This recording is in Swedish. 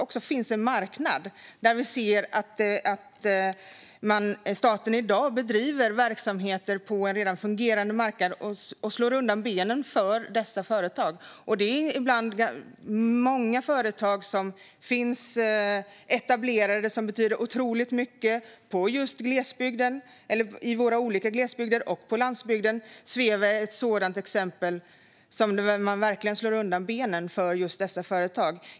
Vi ser också att staten i dag bedriver verksamheter på en redan fungerande marknad och slår undan benen för dessa företag. Det är många gånger etablerade företag som betyder otroligt mycket just i våra glesbygder och på landsbygden. Svevia är ett sådant exempel, som verkligen slår undan benen för just dessa företag.